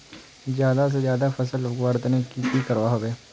ज्यादा से ज्यादा फसल उगवार तने की की करबय होबे?